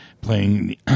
playing